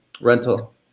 rental